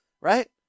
right